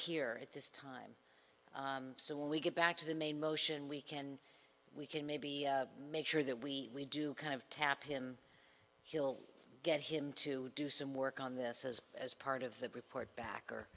here at this time so when we get back to the main motion we can we can maybe make sure that we do kind of tap him he'll get him to do some work on this as as part of the report back or